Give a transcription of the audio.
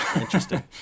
Interesting